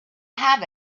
have